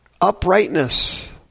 Uprightness